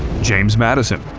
james madison